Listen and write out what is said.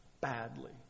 badly